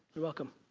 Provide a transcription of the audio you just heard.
you're welcome.